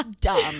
dumb